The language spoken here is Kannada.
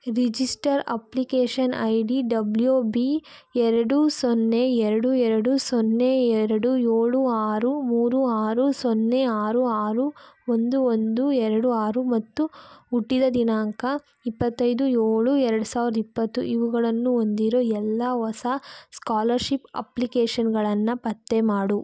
register application I D W B ಎರಡು ಸೊನ್ನೆ ಎರಡು ಎರಡು ಸೊನ್ನೆ ಎರಡು ಏಳು ಆರು ಮೂರು ಆರು ಸೊನ್ನೆ ಆರು ಆರು ಒಂದು ಒಂದು ಎರಡು ಆರು ಮತ್ತು ಹುಟ್ಟಿದ ದಿನಾಂಕ ಇಪ್ಪತ್ತೈದು ಏಳು ಎರಡು ಸಾವಿರದ ಇಪ್ಪತ್ತು ಇವುಗಳನ್ನು ಹೊಂದಿರೋ ಎಲ್ಲ ಹೊಸ ಸ್ಕಾಲರ್ಶಿಪ್ ಅಪ್ಲಿಕೇಷನ್ಗಳನ್ನು ಪತ್ತೆ ಮಾಡು